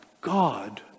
God